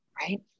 Right